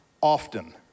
often